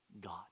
God